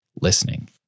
listening